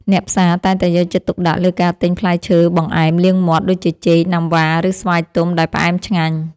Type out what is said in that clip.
អ្នកផ្សារតែងតែយកចិត្តទុកដាក់លើការទិញផ្លែឈើបង្អែមលាងមាត់ដូចជាចេកណាំវ៉ា ឬស្វាយទុំដែលផ្អែមឆ្ងាញ់។